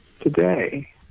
today